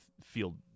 feel